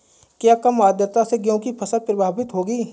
क्या कम आर्द्रता से गेहूँ की फसल प्रभावित होगी?